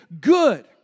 good